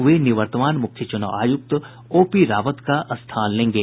वे निवर्तमान मुख्य चुनाव आयुक्त ओपी रावत का स्थान लेंगे